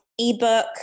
ebook